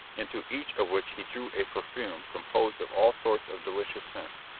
into each of which he threw a perfume composed of all sorts of delicious scents.